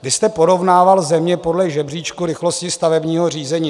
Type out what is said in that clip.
Vy jste porovnával země podle žebříčku rychlosti stavebního řízení.